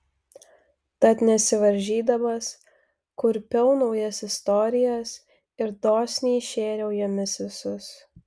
tad nesivaržydamas kurpiau naujas istorijas ir dosniai šėriau jomis visus